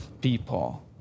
people